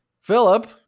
Philip